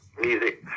music